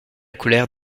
colère